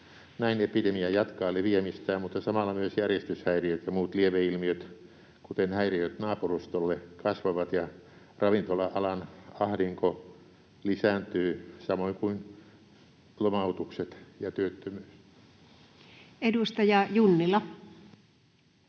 Näin epidemia jatkaa leviämistään, mutta samalla myös järjestyshäiriöt ja muut lieveilmiöt, kuten häiriöt naapurustolle, kasvavat ja ravintola-alan ahdinko lisääntyy, samoin kuin lomautukset ja työttömyys. [Speech 234]